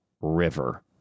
river